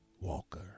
Walker